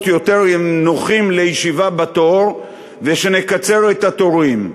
יותר נוחים לישיבה בתור ושנקצר את התורים.